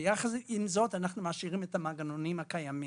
ויחד עם זאת אנחנו משאירים את המנגנונים הקיימים.